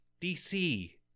DC